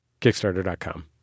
Kickstarter.com